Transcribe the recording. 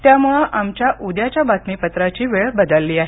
त्यामुळे आमच्या उद्याच्या बातमीपत्राची वेळ बदलली आहे